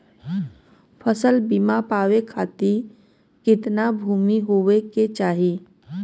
फ़सल बीमा पावे खाती कितना भूमि होवे के चाही?